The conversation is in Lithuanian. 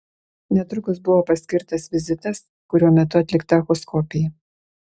netrukus buvo paskirtas vizitas kurio metu atlikta echoskopija